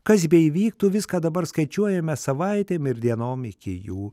kas beįvyktų viską dabar skaičiuojame savaitėm ir dienom iki jų